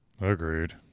Agreed